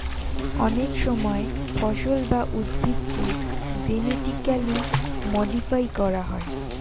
অনেক সময় ফসল বা উদ্ভিদকে জেনেটিক্যালি মডিফাই করা হয়